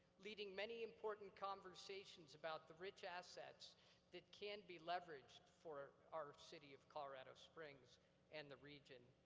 leading many important conversations about the rich assets that can be leveraged for our city of colorado springs and the region,